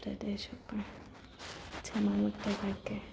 પ્રદેશો પણ જવાની તરીકે